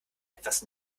etwas